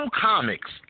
Comics